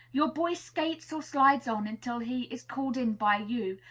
your boy skates or slides on until he is called in by you,